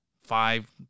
five